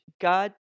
God